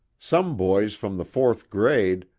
some boys from the fourth grade,